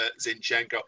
Zinchenko